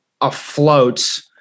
afloat